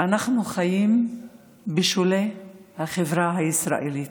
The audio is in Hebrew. אנחנו חיים בשולי החברה הישראלית,